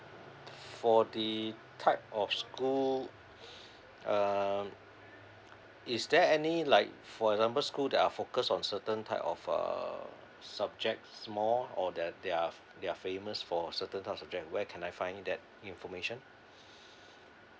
for the type of school um is there any like for example school that are focus on certain type of uh subject small or that they're they're famous for certain type of subject where can I find that information